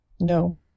No